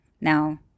now